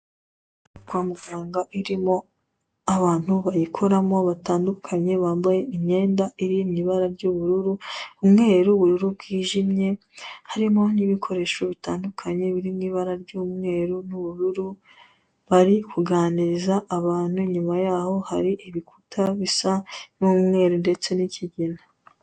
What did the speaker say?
Kwa muganga irimo abantu bayikoramo batandukanye bambaye imyenda iri mu ibara y'ubururu, umweru, ubururu bwijimye, harimo n'ibikoresho bitandukanye biri mu ibara ry'umweru n'ubururu bari kuganiriza abantu. Inyuma yaho hari ibikuta bisa n'umweru ndetse n'ikigina.